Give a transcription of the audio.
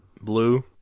blue